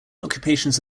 occupations